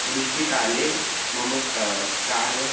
वृष्टिकाले मम क कार